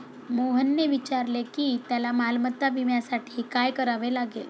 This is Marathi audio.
मोहनने विचारले की त्याला मालमत्ता विम्यासाठी काय करावे लागेल?